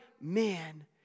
men